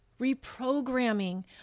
reprogramming